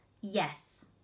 Yes